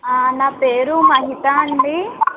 నా పేరు మహిత అండి